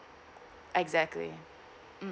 exactly mm